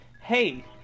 hey